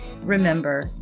Remember